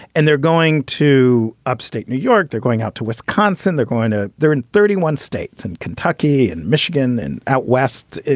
and they're going to upstate new york. they're going out to wisconsin. they're going to they're in thirty one states and kentucky and michigan and out west,